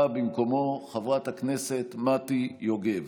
באה במקומו חברת הכנסת מטי יוגב.